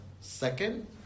Second